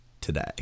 today